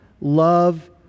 love